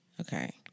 Okay